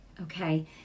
okay